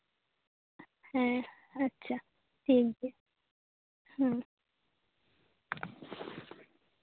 ᱦᱮᱸ ᱟᱪᱪᱷᱟ ᱴᱷᱤᱠ ᱜᱮᱭᱟ ᱦᱮᱸ